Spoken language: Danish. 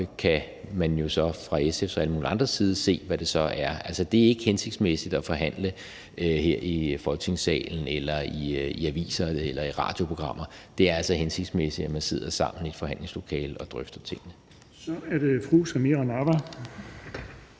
kan man jo fra SF's og alle mulige andres side se, hvad det så er. Altså, det er ikke hensigtsmæssigt at forhandle her i Folketingssalen eller i aviser eller i radioprogrammer. Det er altså hensigtsmæssigt, at man sidder sammen i et forhandlingslokale og drøfter tingene. Kl. 11:02 Den fg.